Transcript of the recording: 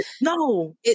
no